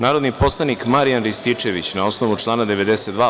Narodni poslanik Marijan Rističević, na osnovu člana 92.